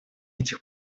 этих